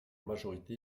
majorité